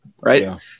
right